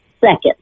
second